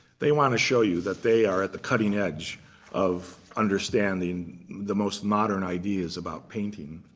they want to show you that they are at the cutting edge of understanding the most modern ideas about painting.